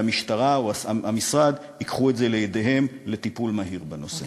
והמשטרה או המשרד ייקחו את זה לידיהם לטיפול מהיר בנושא.